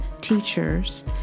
teachers